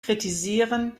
kritisieren